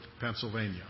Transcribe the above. Pennsylvania